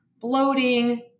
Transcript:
bloating